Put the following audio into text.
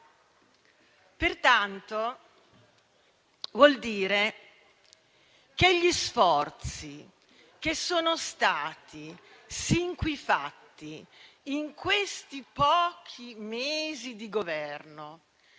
Pertanto, ciò vuol dire che gli sforzi che sono stati sin qui fatti, in questi pochi mesi di Governo,